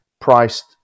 priced